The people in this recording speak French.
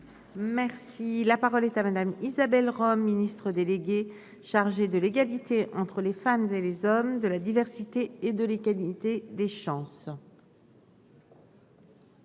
Merci, la parole est à madame Isabelle Rome ministre déléguée chargée de l'égalité entre les femmes et les hommes de la diversité et de l'égalité des chances.